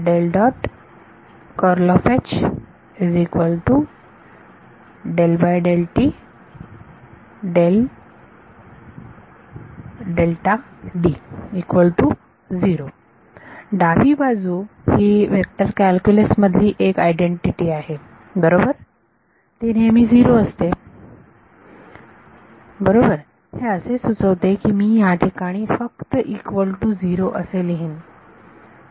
डावी बाजू ही व्हेक्टर कॅल्क्युलस मधील एक आयडेंटिटी आहे बरोबर ही नेहमी झिरो असते बरोबर हे असे सुचवते की मी याठिकाणी फक्त इक्वल टू झिरो असे लिहिन